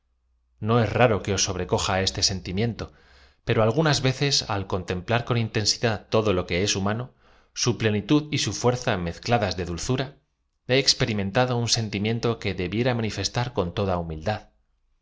no ea ra ro que oa sobrecoja ese sentimiento pero algunas veces al contemplar con intensidad todo lo que es humano su plenitud y su fuerza mes ciadas de dulzura he ezperím entado el sentimiento que debiera manifestar con toda humildad